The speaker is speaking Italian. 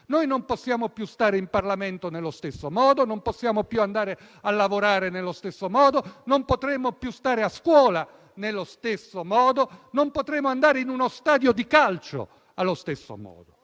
Noi non possiamo più stare in Parlamento nello stesso modo; non possiamo più andare a lavorare nello stesso modo; non potremo più stare a scuola nello stesso modo; non potremo andare in uno stadio di calcio allo stesso modo.